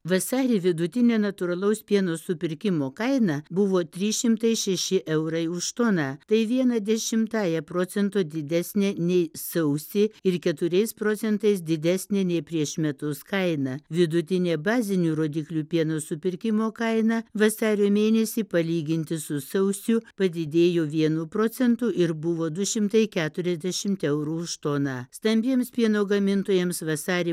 vasarį vidutinė natūralaus pieno supirkimo kaina buvo trys šimtai šeši eurai už toną tai viena dešimtąja procento didesnė nei sausį ir keturiais procentais didesnė nei prieš metus kaina vidutinė bazinių rodiklių pieno supirkimo kaina vasario mėnesį palyginti su sausiu padidėjo vienu procentu ir buvo du šimtai keturiasdešimt eurų už toną stambiems pieno gamintojams vasarį